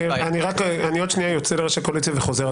עוד שנייה אני יוצא לישיבת ראשי הקואליציה וחוזר.